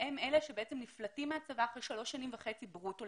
הם אלה שבעצם נפלטים מהצבא אחרי שלוש וחצי שנים ברוטו.